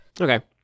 okay